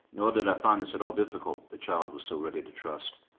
nor did i find this at all difficult, the child was so ready to trust.